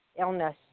illness